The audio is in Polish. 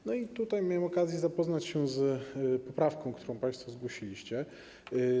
I tutaj miałem okazję zapoznać się z poprawką, którą państwo zgłosiliście.